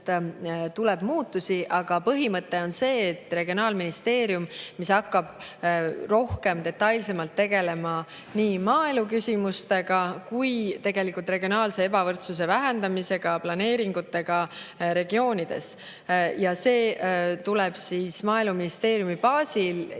ilmselt muutusi. Aga põhimõte on see, et regionaalministeerium, mis hakkab rohkem ja detailsemalt tegelema nii maaeluküsimustega kui ka regionaalse ebavõrdsuse vähendamisega, planeeringutega regioonides, tuleb Maaeluministeeriumi baasil ja